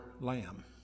lamb